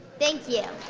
thank you.